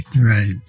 right